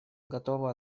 готово